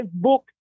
Facebook